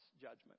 judgment